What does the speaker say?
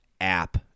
app